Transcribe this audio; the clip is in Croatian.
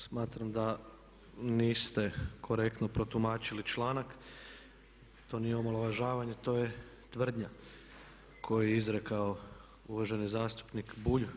Smatram da niste korektno protumačili članak, to nije omalovažavanje, to je tvrdnja koju je izrekao zastupnik Bulj.